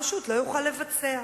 שהוא כידוע רופא,